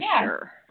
sure